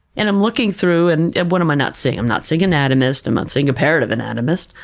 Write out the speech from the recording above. and i'm looking through, and what am i not seeing? i'm not seeing anatomist, i'm not seeing comparative anatomist,